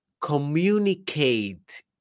communicate